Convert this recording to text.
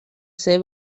ser